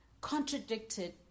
contradicted